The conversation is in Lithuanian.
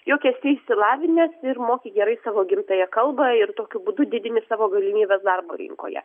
jog esi išsilavinęs ir moki gerai savo gimtąją kalbą ir tokiu būdu didini savo galimybes darbo rinkoje